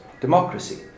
democracy